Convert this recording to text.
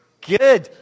Good